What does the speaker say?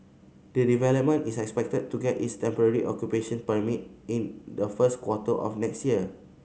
the development is expected to get its temporary occupation permit in the first quarter of next year